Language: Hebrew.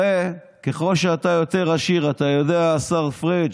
הרי ככל שאתה יותר עשיר, אתה יודע, השר פריג',